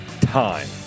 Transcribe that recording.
time